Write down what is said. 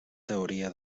teoria